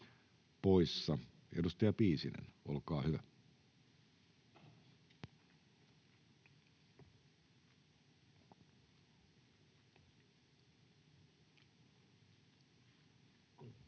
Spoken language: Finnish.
Edustaja Piisinen, olkaa hyvä.